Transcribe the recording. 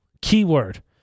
keyword